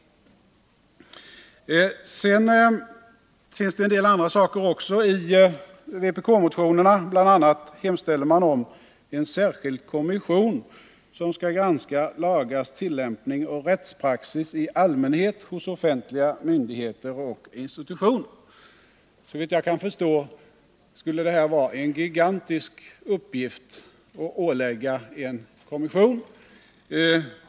Det finns också en del annat i vpk-motionerna. Bl. a. hemställer man om en särskild kommission som skall granska lagars tillämpning och rättspraxis i allmänhet hos offentliga myndigheter och institutioner. Såvitt jag kan förstå skulle detta vara en gigantisk uppgift att ålägga en kommission.